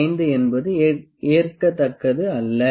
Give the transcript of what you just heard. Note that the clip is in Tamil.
5 என்பது ஏற்கத்தக்கது அல்ல